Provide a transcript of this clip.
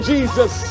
Jesus